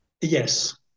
Yes